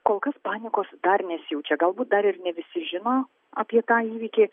kol kas panikos dar nesijaučia galbūt dar ir ne visi žino apie tą įvykį